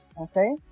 okay